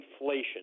inflation